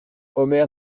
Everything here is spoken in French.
omer